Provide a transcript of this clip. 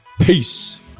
Peace